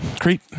Creep